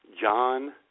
John